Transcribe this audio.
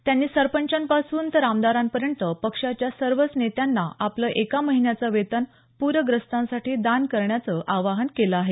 त्यांनी सरंपचांपासून तर आमदारांपर्यंत पक्षाच्या सर्वच नेत्यांना आपलं एका महिन्याचं वेतन पूरग्रस्तांसाठी दान करण्याचं आवाहन केलं आहे